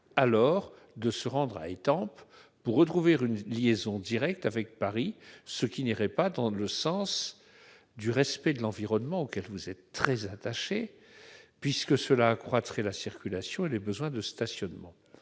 alors de se rendre à Étampes pour retrouver une liaison directe avec Paris. Cela n'irait pas dans le sens du respect de l'environnement, puisque cela accroîtrait la circulation et les besoins en stationnement.